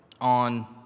on